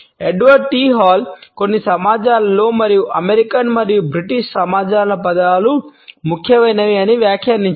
Edward T Hall కొన్ని సమాజాలలో మరియు అమెరికన్ మరియు బ్రిటిష్ సమాజాల పదాలు ముఖ్యమైనవి అని వ్యాఖ్యానించారు